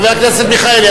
חבר הכנסת מיכאלי,